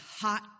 hot